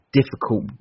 difficult